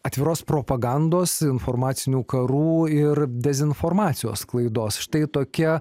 atviros propagandos informacinių karų ir dezinformacijos sklaidos štai tokia